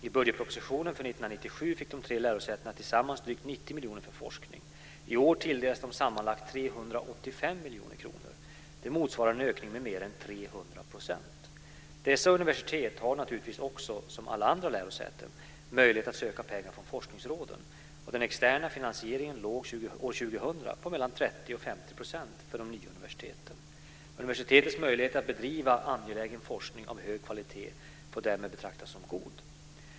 I budgetpropositionen för 1997 fick de tre lärosätena tillsammans drygt 90 miljoner kronor för forskning. I år tilldelas de sammanlagt 385 miljoner kronor. Det motsvarar en ökning med mer än 300 %. Dessa universitet har naturligtvis också, som alla andra lärosäten, möjlighet att söka pengar från forskningsråden, och den externa finansieringen låg år 2000 på mellan 30 och 50 % för de nya universiteten. Universitetens möjligheter att bedriva angelägen forskning av hög kvalitet får därmed betraktas som god.